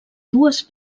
dues